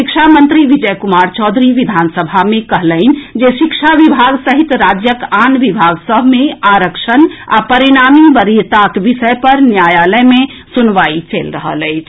शिक्षा मंत्री विजय कुमार चौधरी विधानसभा मे कहलनि जे शिक्षा विभाग सहित राज्यक आन विभाग सभ मे आरक्षण आ परिणामी वरीयताक विषय पर न्यायालय मे सुनवाई चलि रहल अछि